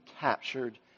captured